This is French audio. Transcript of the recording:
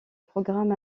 programme